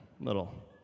Little